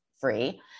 free